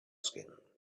skin